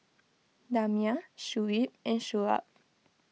Damia Shuib and Shoaib